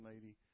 lady